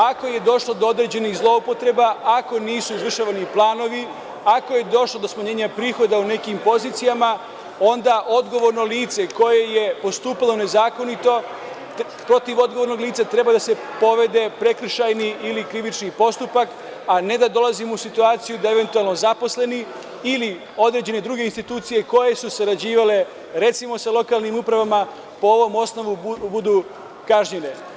Ako je došlo do određenih zloupotreba, ako nisu izvršavani planovi, ako je došlo do smanjenja prihoda u nekim pozicijama, onda odgovorno lice koje je postupalo nezakonito protiv odgovornog lica treba da se povede prekršajni ili krivični postupak, a ne da dolazimo u situaciju da eventualno zaposleni ili određene druge institucije koje su sarađivale, recimo, sa lokalnim upravama po ovom osnovu budu kažnjene.